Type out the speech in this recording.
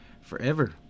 forever